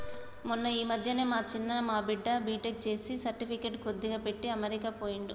మొన్న ఈ మధ్యనే మా చిన్న మా బిడ్డ బీటెక్ చేసి సర్టిఫికెట్లు కొద్దిగా పెట్టి అమెరికా పోయిండు